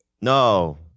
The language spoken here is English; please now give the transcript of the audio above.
no